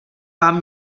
vám